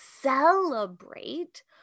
celebrate